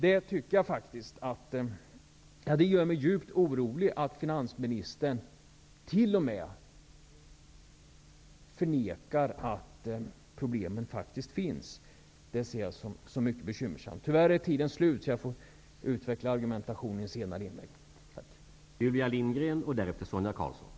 Det gör mig djupt orolig att finansministern t.o.m. förnekar att problemen faktiskt finns. Det är mycket bekymmersamt. Tyvärr är tiden slut. Jag får utveckla argumentationen i ett senare inlägg.